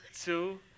two